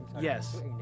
Yes